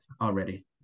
already